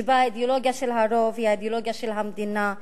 שבה האידיאולוגיה של הרוב היא האידיאולוגיה של המדינה,